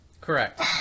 Correct